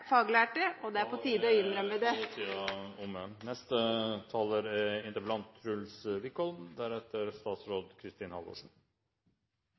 faglærte, og det er på tide å innrømme det. Først må jeg si at det taler